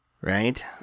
Right